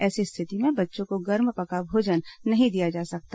ऐसी स्थिति में बच्चों को गर्म पका भोजन नहीं दिया जा सकता